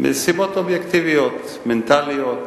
מסיבות אובייקטיביות, מנטליות,